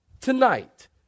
Tonight